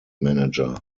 manager